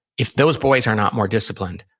if those boys are not more disciplined,